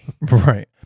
Right